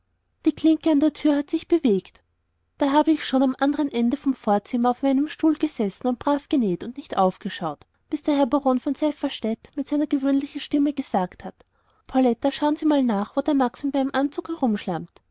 die klinke an der türe hat sich bewegt da habe ich schon am anderen ende vom vorzimmer auf meinem stuhl gesessen und brav genäht und nicht aufgeschaut bis der herr baron von safferstätt mit seiner gewöhnlichen stimme gesagt hat poletta schauen sie mal nach wo der max mit meinem anzug